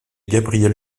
gabrielle